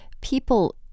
people